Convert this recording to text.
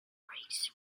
brakes